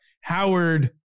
Howard